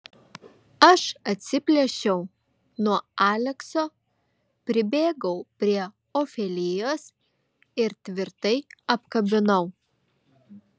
aš atsiplėšiau nuo alekso pribėgau prie ofelijos ir tvirtai apkabinau